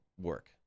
work